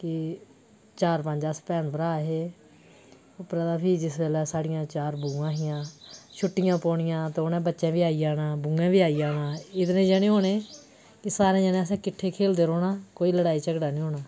ते चार पंज अस भैन भ्रा हे उप्परा दा फ्ही जिसलै साढ़ियां चार बूआं हिंया छुट्टियां पौनियां ते उ'नें बच्चें बी आई जाना बूएं बी आई जाना इन्ने जने होने ते सारे जने असें किठ्ठे खेढदे रौह्ना कोई लड़ाई झगड़ा निं होना